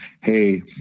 Hey